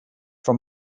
for